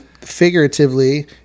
figuratively